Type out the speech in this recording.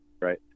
Right